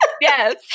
Yes